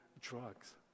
drugs